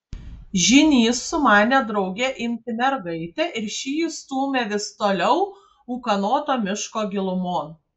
žynys sumanė drauge imti mergaitę ir ši jį stūmė vis toliau ūkanoto miško gilumon